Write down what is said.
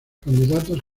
candidatos